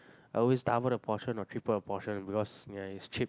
I always double the portion or triple the portion because yeah is cheap